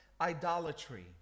idolatry